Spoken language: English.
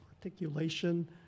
articulation